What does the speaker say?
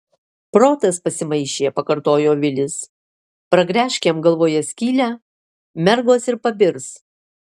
protas pasimaišė pakartojo vilis pragręžk jam galvoje skylę mergos ir pabirs